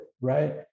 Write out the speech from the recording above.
right